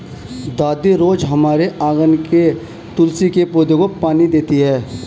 दादी रोज हमारे आँगन के तुलसी के पौधे को पानी देती हैं